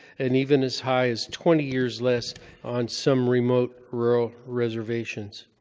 and even as high as twenty years less on some remote rural reservations.